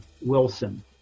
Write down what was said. Wilson